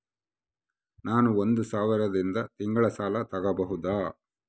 ನಾನು ಒಂದು ಸಾವಿರದಿಂದ ತಿಂಗಳ ಸಾಲ ತಗಬಹುದಾ?